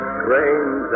strange